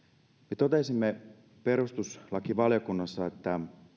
me totesimme perustuslakivaliokunnassa että